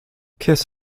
kiss